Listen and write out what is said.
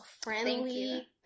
friendly